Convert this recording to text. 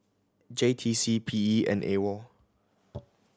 J T C P E and AWOL